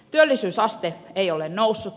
työllisyysaste ei ole noussut